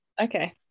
Okay